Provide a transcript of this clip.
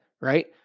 right